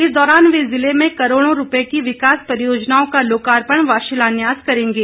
इस दौरान वे जिले में करोड़ों रूपए की विकास परियोजनाओं का लोकापर्ण व शिलान्यास करेंगे